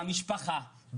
במשפחה,